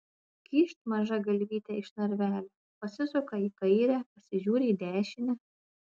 kyšt maža galvytė iš narvelio pasisuka į kairę pasižiūri į dešinę